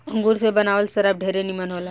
अंगूर से बनावल शराब ढेरे निमन होला